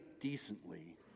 decently